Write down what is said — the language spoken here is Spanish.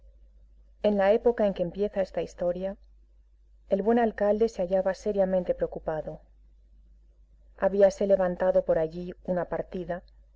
en la época en que empieza esta historia el buen alcalde se hallaba seriamente preocupado habíase levantado por allí una partida